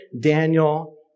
Daniel